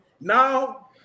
Now